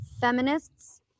Feminists